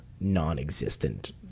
non-existent